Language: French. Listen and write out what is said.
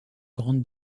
grande